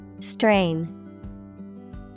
strain